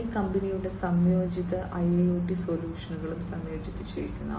ഈ കമ്പനി സംയോജിത IIoT സൊല്യൂഷനുകളും സംയോജിപ്പിക്കുന്നു